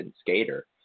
skater